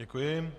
Děkuji.